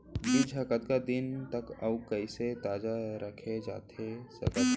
बीज ह कतका दिन तक अऊ कइसे ताजा रखे जाथे सकत हे?